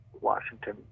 Washington